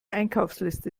einkaufsliste